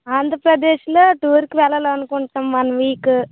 ఆంధ్రప్రదేశ్లో టూర్కి వెళ్ళాలని అనుకుంటున్నాము వన్ వీక్